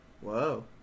whoa